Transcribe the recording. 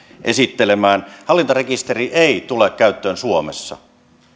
esittelemään hallintarekisteri ei tule käyttöön suomessa